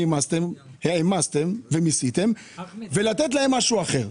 שהעמסתם ומיסיתם - ולתת להם משהו אחר.